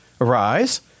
Arise